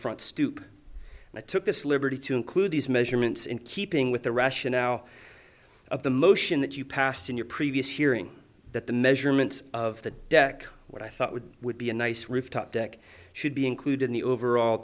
front stoop and i took this liberty to include these measurements in keeping with the rationale of the motion that you passed in your previous hearing that the measurements of the deck what i thought would would be a nice roof top deck should be included in the overall